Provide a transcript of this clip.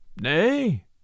Nay